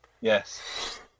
Yes